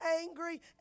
angry